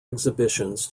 exhibitions